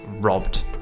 robbed